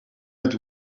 met